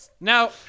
Now